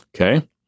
Okay